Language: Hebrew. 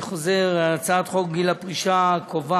אני חוזר: הצעת חוק גיל הפרישה קובעת